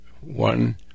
one